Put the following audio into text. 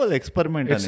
experiment